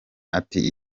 ati